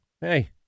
Hey